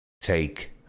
take